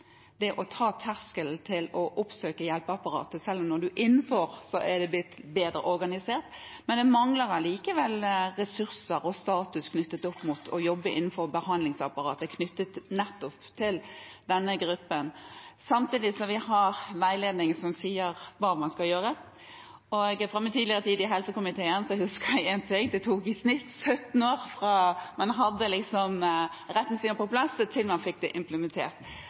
det å trå over terskelen og oppsøke hjelpeapparatet. Selv om det har blitt bedre organisert når man er kommet innenfor, mangler det allikevel ressurser og status knyttet til å jobbe innenfor behandlingsapparatet for denne gruppen. Samtidig har vi veiledning som sier hva man skal gjøre. Fra min tid i helsekomiteen husker jeg én ting: Det tok i snitt 17 år fra man hadde retningslinjer på plass, til man fikk dem implementert.